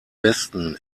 westen